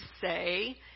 say